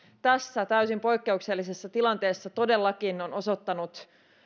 tässä täysin poikkeuksellisessa tilanteessa todellakin on osoittanut